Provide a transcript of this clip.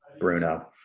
bruno